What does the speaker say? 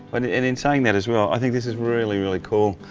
and in in saying that as well, i think this is really, really cool.